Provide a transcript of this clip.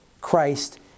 Christ